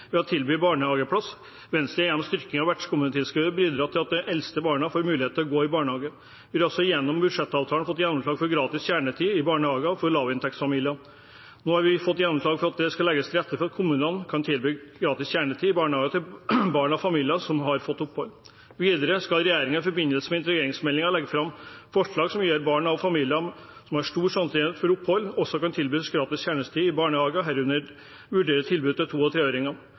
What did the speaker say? ved å tilby barnehageplass. Venstre har gjennom styrking av vertskommunetilskuddet bidratt til at de eldste barna får mulighet til å gå i barnehage. Vi har også gjennom budsjettavtalen fått gjennomslag for gratis kjernetid i barnehage for lavinntektsfamilier. Nå har vi fått gjennomslag for at det skal legges til rette for at kommunene kan tilby gratis kjernetid i barnehage til barn av familier som har fått opphold. Videre skal regjeringen i forbindelse med integreringsmeldingen legge fram forslag som gjør at barn av familier som har stor sannsynlighet for opphold, også kan tilbys gratis kjernetid i barnehage, herunder vurdere tilbudet til